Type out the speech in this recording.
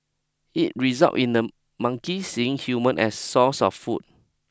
it result in the monkeys seeing humans as sources of food